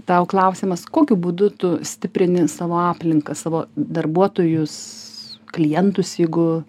tau klausimas kokiu būdu tu stiprini savo aplinką savo darbuotojus klientus jeigu